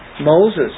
Moses